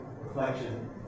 reflection